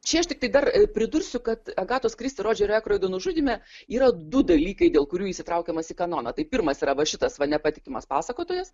čia aš tiktai dar pridursiu kad agatos kristi rodžerio ekroido nužudyme yra du dalykai dėl kurių jis įtraukiamas į kanoną tai pirmas yra va šitas va nepatikimas pasakotojas